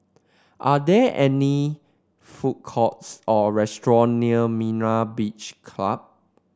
are there any food courts or restaurant near Myra Beach Club